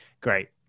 Great